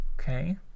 Okay